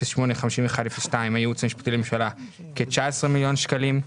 בתוכנית 08-51-02 הייעוץ המשפטי לממשלה: כ-19 מיליון שקלים.